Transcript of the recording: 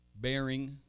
bearing